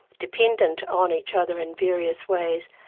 dependent on each other in various ways,